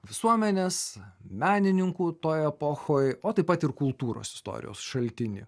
visuomenės menininkų toj epochoj o taip pat ir kultūros istorijos šaltinį